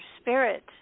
spirit